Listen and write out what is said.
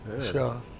sure